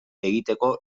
egiteko